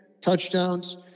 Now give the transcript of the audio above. touchdowns